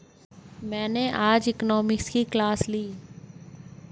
मैंने आज इकोनॉमिक्स की क्लास ली